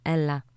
Ella